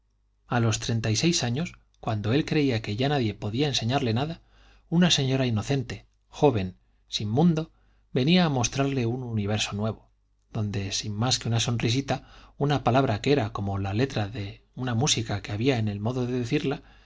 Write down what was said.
a los treinta y seis años cuando él creía que ya nadie podía enseñarle nada una señora inocente joven sin mundo venía a mostrarle un universo nuevo donde sin más que una sonrisita una palabra que era como la letra de una música que había en el modo de decirla